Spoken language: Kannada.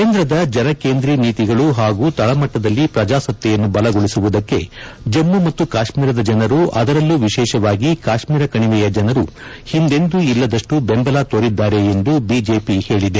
ಕೇಂದ್ರದ ಜನಕೇಂದ್ರೀ ನೀತಿಗಳು ಹಾಗೂ ತಳಮಟ್ಟದಲ್ಲಿ ಪ್ರಜಾಸತ್ತೆಯನ್ನು ಬಲಗೊಳಿಸುವುದಕ್ಕೆ ಜಮ್ನು ಮತ್ತು ಕಾಶ್ಮೀರದ ಜನರು ಅದರಲ್ಲೂ ವಿಶೇಷವಾಗಿ ಕಾಶ್ನೀರ ಕಣಿವೆಯ ಜನರು ಹಿಂದೆಂದೂ ಇಲ್ಲದಷ್ಟು ವೆಂಬಲ ತೋರಿದ್ದಾರೆ ಎಂದು ಬಿಜೆಪಿ ಹೇಳಿದೆ